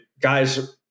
guys